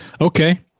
Okay